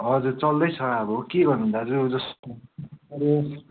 हजुर चल्दैछ अब के गर्नु दाजु